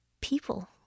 people